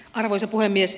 arvoisa puhemies